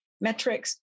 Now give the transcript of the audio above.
metrics